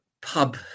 pub